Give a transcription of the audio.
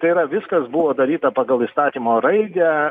tai yra viskas buvo daryta pagal įstatymo raidę